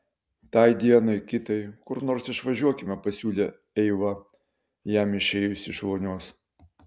tai dienai kitai kur nors išvažiuokime pasiūlė eiva jam išėjus iš vonios